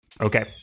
Okay